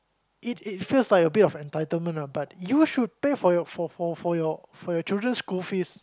it it feels like a bit of entitlement lah but you should pay for your for for your for your children school fees